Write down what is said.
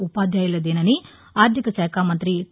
ఉపాధ్యాయులదేనని ఆర్థికశాఖా మంత్రి టీ